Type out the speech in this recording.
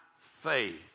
faith